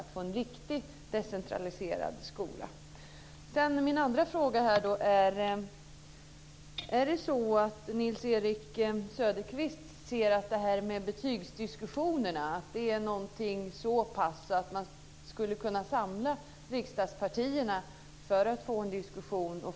Det vore en riktig decentraliserad skola. Min andra fråga är: Ser Nils-Erik Söderqvist betygsdiskussionerna som något såpass viktigt att man skulle kunna samla alla riksdagspartier till en diskussion?